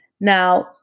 Now